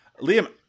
Liam